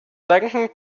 danken